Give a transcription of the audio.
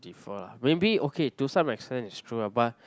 differ lah maybe okay to some extent it is true lah but